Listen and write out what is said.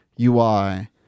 UI